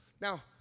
Now